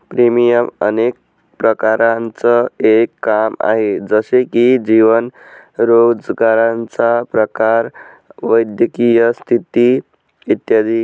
premium अनेक प्रकारांचं एक काम आहे, जसे की जीवन, रोजगाराचा प्रकार, वैद्यकीय स्थिती इत्यादी